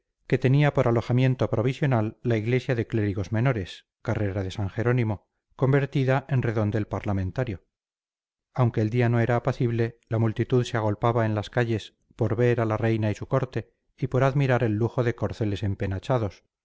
que tenía por alojamiento provisional la iglesia de clérigos menores carrera de san jerónimo convertida en redondel parlamentario aunque el día no era apacible la multitud se agolpaba en las calles por ver a la reina y su corte y por admirar el lujo de corceles